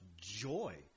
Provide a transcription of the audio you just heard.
joy